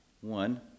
one